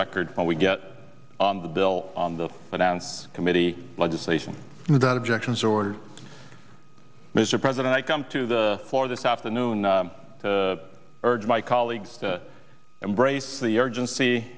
record when we get on the bill on the finance committee legislation that objections or mr president i come to the floor this afternoon urge my colleagues to embrace the urgency